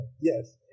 Yes